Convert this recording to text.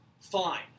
fine